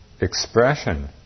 expression